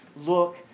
look